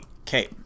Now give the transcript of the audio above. Okay